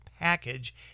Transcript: package